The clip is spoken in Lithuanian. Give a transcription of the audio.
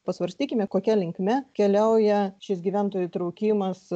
pasvarstykime kokia linkme keliauja šis gyventojų įtraukimas